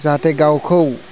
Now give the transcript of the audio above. जाहाथे गावखौ